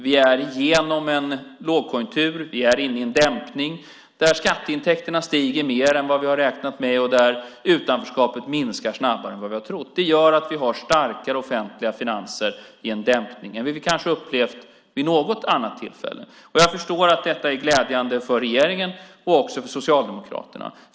Vi är igenom en lågkonjunktur. Vi är inne i en dämpning, där skatteintäkterna stiger mer än vad vi har räknat med och där utanförskapet minskar snabbare än vi trott. Det gör att vi har starkare offentliga finanser i en dämpning än vi kanske upplevt vid något annat tillfälle. Detta är glädjande för regeringen och också för Socialdemokraterna.